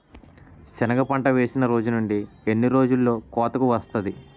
సెనగ పంట వేసిన రోజు నుండి ఎన్ని రోజుల్లో కోతకు వస్తాది?